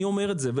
אני אומר את זה.